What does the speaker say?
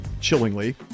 chillingly